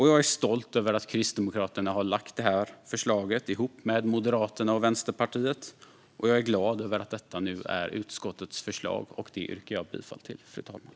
Jag är stolt över att Kristdemokraterna har lagt fram detta förslag ihop med Moderaterna och Vänsterpartiet, och jag är glad över att detta nu är utskottets förslag, som jag yrkar bifall till, fru talman.